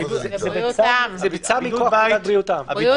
זה בוצע מכוח פקודת בריאות העם.